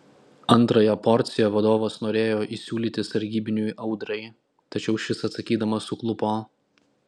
antrąją porciją vadovas norėjo įsiūlyti sargybiniui audrai tačiau šis atsakydamas suklupo